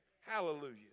Hallelujah